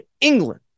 England